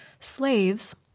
Slaves